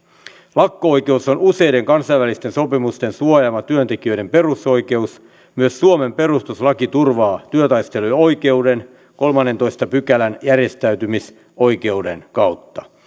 lakko oikeus on useiden kansainvälisten sopimusten suojaama työntekijöiden perusoikeus myös suomen perustuslaki turvaa työtaisteluoikeuden kolmannentoista pykälän järjestäytymisoikeuden kautta